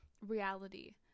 reality